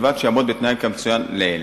ובלבד שיעמוד בתנאים כמצוין לעיל.